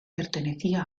pertenecía